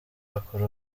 akora